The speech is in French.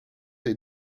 est